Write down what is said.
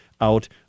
out